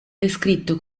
descritto